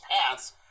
paths